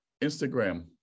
Instagram